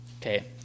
Okay